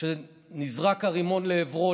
כשנזרק הרימון לעברו,